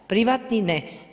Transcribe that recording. Privatni ne.